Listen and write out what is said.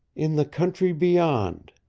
in the country beyond,